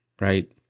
right